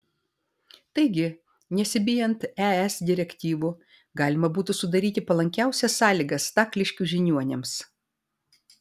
taigi nesibijant es direktyvų galima būtų sudaryti palankiausias sąlygas stakliškių žiniuoniams